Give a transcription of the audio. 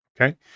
okay